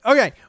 Okay